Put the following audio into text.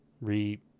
re-